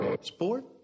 Sport